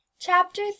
Chapter